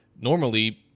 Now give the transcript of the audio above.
normally